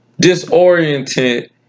disoriented